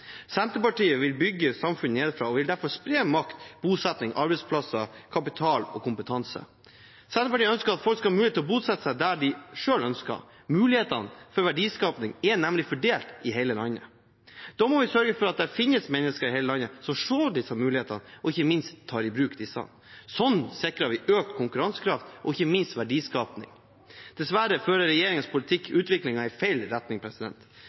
Senterpartiet vil bygge samfunnet nedenfra og vil derfor spre makt, bosetting, arbeidsplasser, kapital og kompetanse. Senterpartiet ønsker at folk skal ha mulighet til å bosette seg der de selv ønsker. Mulighetene for verdiskaping er nemlig fordelt i hele landet. Da må vi sørge for at det finnes mennesker i hele landet som ser disse mulighetene og ikke minst tar dem i bruk. Slik sikrer vi økt konkurransekraft og ikke minst verdiskaping. Dessverre fører regjeringens politikk utviklingen i feil retning.